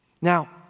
Now